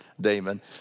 Damon